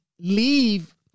leave